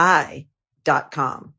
i.com